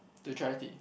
to charity